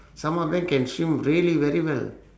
some of them can swim really very well